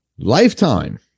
Lifetime